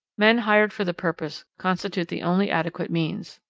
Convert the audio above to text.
men hired for the purpose constitute the only adequate means.